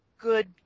good